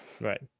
Right